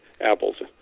apples